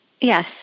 Yes